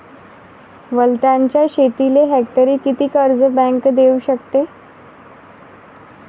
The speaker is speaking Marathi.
वलताच्या शेतीले हेक्टरी किती कर्ज बँक देऊ शकते?